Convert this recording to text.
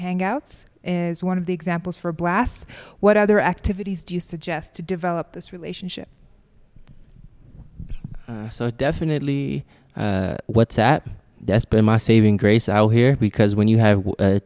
hangouts is one of the examples for blasts what other activities do you suggest to develop this relationship so definitely whatsapp that's been my saving grace out here because when you have